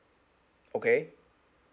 okay